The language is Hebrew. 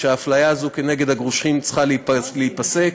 שההפליה הזאת נגד הגרושים צריכה להיפסק,